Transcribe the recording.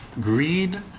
greed